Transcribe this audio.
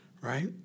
right